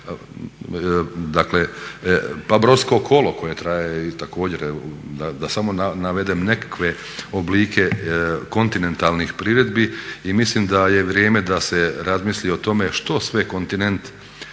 Čoja, pa Brodsko kolo koje traje. Da navedem nekakve oblike kontinentalnih priredbi i mislim da je vrijeme da se razmisli o tome što sve kontinent,